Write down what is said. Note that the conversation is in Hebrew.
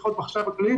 לפחות בחשב הכללי,